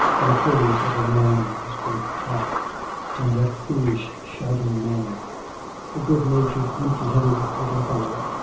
what a curious little man, his great cough and that foolish shouting manner a good-natured, empty-headed little fellow.